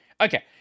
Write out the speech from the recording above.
Okay